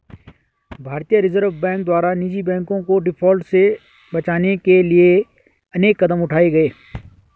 भारतीय Reserve Bank द्वारा निजी बैंकों को डिफॉल्ट से बचाने के लिए अनेक कदम उठाए गए